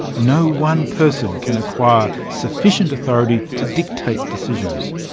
no one person can acquire sufficient authority to dictate decisions.